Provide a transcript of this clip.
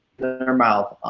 their mouth,